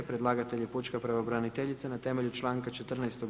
Predlagatelj je pučka pravobraniteljica na temelju članka 14.